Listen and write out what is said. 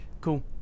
Cool